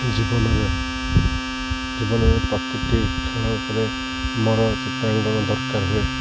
ଜୀବନରେ ଜୀବନରେ ପ୍ରତିଟି ଖେଳ କରେ ଆମର ଚିତ୍ରାଙ୍କନ ଦରକାର ହୁଏ